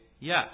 yes